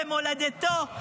במולדתו,